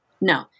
No